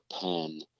pen